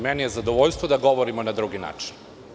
Meni je zadovoljstvo da govorimo na drugi način.